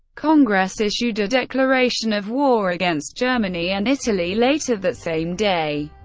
congress issued a declaration of war against germany and italy later that same day.